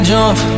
jump